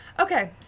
Okay